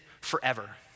forever